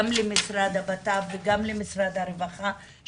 גם למשרד לביטחון פנים וגם למשרד הרווחה,